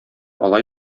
алай